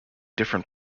different